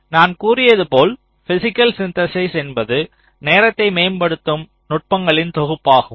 நான் கூறியது போல் பிஸிக்கல் சிந்தேசிஸ் என்பது நேரத்தை மேம்படுத்தபடும் நுட்பங்களின் தொகுப்பாகும்